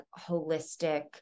holistic